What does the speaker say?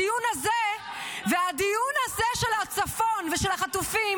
הדיון הזה והדיון הזה של הצפון ושל החטופים